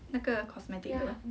那个 cosmetic 的